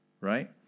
right